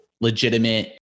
legitimate –